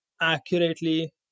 accurately